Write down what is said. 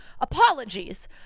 Apologies